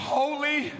holy